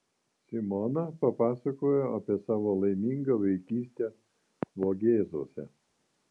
simona papasakojo apie savo laimingą vaikystę vogėzuose